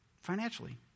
financially